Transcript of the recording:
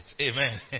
Amen